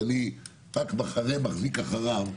ואני רק מחרה מחזיק אחריו,